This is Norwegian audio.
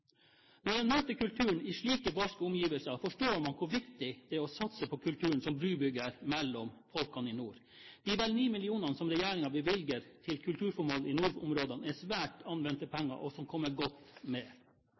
Når en møter kulturen i slike barske omgivelser, forstår en hvor viktig det er å satse på kulturen som brubygger mellom folkene i nord. De vel 9 mill. kr regjeringen bevilger til kulturformål i nordområdene, er svært godt anvendte penger. De kommer godt med.